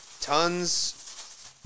tons